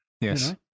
yes